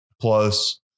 plus